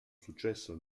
successo